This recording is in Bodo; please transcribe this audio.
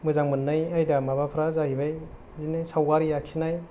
मोजां मोननाय आयदा माबाफ्रा जायैबाय बिदिनो सावगारि आखिनाय